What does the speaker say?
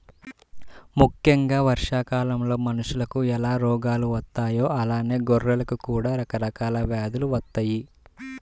ముక్కెంగా వర్షాకాలంలో మనుషులకు ఎలా రోగాలు వత్తాయో అలానే గొర్రెలకు కూడా రకరకాల వ్యాధులు వత్తయ్యి